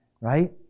right